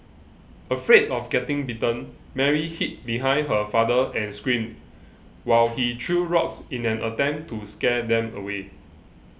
afraid of getting bitten Mary hid behind her father and screamed while he threw rocks in an attempt to scare them away